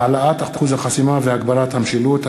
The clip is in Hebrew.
(העלאת אחוז החסימה והגברת המשילות),